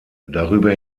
darüber